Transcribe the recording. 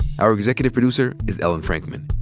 our executive producer is ellen frankman.